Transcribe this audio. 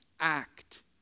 act